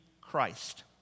Christ